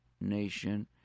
nation